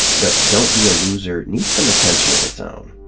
but don't be a loser needs some attention of its own.